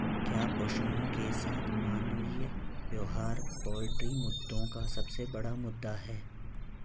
क्या पशुओं के साथ मानवीय व्यवहार पोल्ट्री मुद्दों का सबसे बड़ा मुद्दा है?